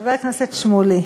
חבר הכנסת שמולי,